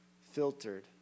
filtered